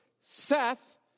Seth